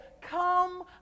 come